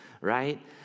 right